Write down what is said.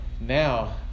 now